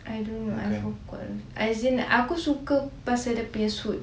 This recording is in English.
I don't know I forgot as in aku suka pasal dia nya suit